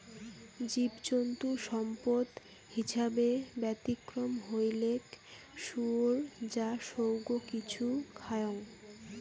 জীবজন্তু সম্পদ হিছাবে ব্যতিক্রম হইলেক শুয়োর যা সৌগ কিছু খায়ং